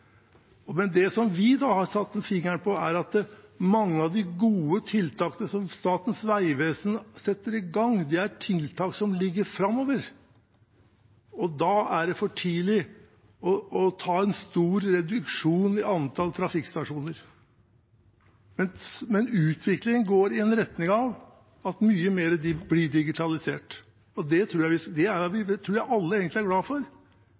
Det vi har satt fingeren på da, er at mange av de gode tiltakene som Statens vegvesen setter i gang, er tiltak som ligger framover i tid, og da er det for tidlig å ha en stor reduksjon av antallet trafikkstasjoner. Men utviklingen går i retning av at mye mer blir digitalisert. Det tror jeg egentlig at alle er glade for. Jeg begynte å tenke på den vanlige bruker av trafikkstasjoner, og hvis det er